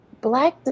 Black